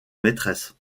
maîtresse